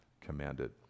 commanded